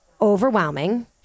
overwhelming